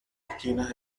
esquinas